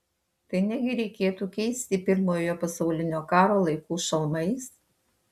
tai negi reikėtų keisti pirmojo pasaulinio karo laikų šalmais